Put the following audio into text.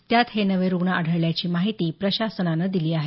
त्यात हे नवे रुग्ण आढळल्याची माहिती प्रशासनानं दिली आहे